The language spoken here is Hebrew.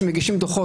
שמגישים דוחות,